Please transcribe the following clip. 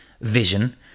vision